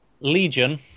Legion